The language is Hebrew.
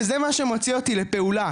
וזה מה שמוציא אותי לפעולה.